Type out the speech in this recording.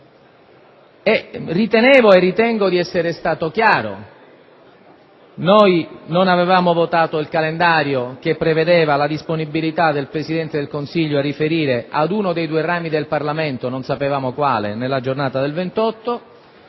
Ritenevo e ritengo di essere stato chiaro: non avevamo dato il nostro assenso al calendario che prevedeva la disponibilità del Presidente del Consiglio a riferire ad uno dei due rami del Parlamento - non sapevamo quale - nella giornata del 28